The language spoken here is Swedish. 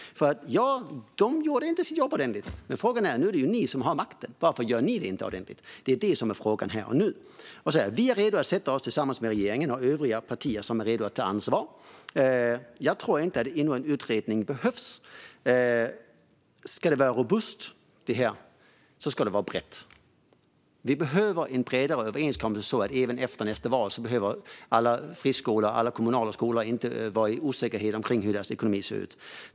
Socialdemokraterna gjorde inte sitt jobb ordentligt, men nu är det ju ni som har makten. Varför gör inte ni jobbet ordentligt? Det är det som är frågan här och nu. Vi i Centerpartiet är redo att sätta oss tillsammans med regeringen och övriga partier som är redo att ta ansvar. Jag tror inte att ännu en utredning behövs. Om det här ska bli robust måste det vara brett. Det behövs en bredare överenskommelse så att friskolor och kommunala skolor inte heller efter nästa val behöver sväva i ovisshet om hur deras ekonomi kommer att se ut.